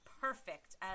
perfect